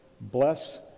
bless